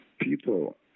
people